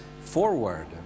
forward